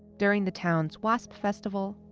during the town's wasp festival,